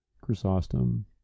Chrysostom